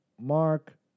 Mark